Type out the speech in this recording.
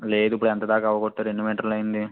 లేదు ఇప్పుడు ఎంత దాకా అవగొట్టారు ఎన్ని మీటర్లు అయ్యింది